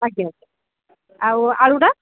ଆଜ୍ଞା ଆଉ ଆଳୁଟା